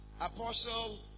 Apostle